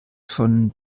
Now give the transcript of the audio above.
von